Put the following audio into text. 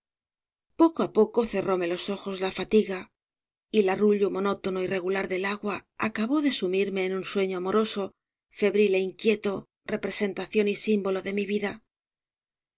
poco á poco cerróme los ojos la fatiga y el arrullo monótono y regular del agua acabó de sumirme en un sueño amoroso febril é inquieto representación y símbolo de mi vida